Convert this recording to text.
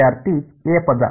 ವಿದ್ಯಾರ್ಥಿ ಎ ಪದ